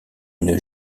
une